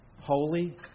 holy